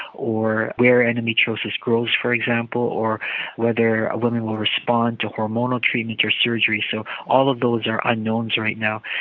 or where endometriosis grows, for example, or whether a woman will respond to hormonal treatment or surgery. so all of those are unknowns right now.